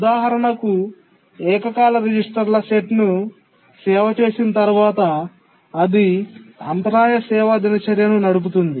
ఉదాహరణకు ఏకకాల రిజిస్టర్ల సెట్ను సేవ్ చేసిన తర్వాత అది అంతరాయ సేవా దినచర్యను నడుపుతుంది